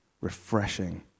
refreshing